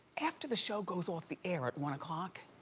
after the show goes off the air at one o'clock.